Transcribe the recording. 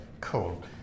cool